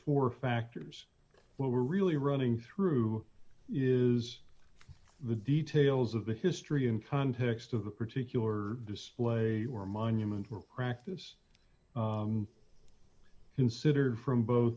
four factors what we're really running through is the details of the history in context of a particular display or monument or practice considered from both